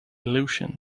illusion